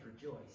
rejoice